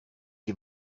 die